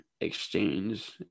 exchange